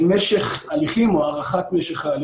משך הליכים או הארכת משך ההליכים.